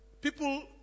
people